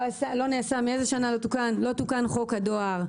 מאיזה שנה לא תוקן חוק הדואר?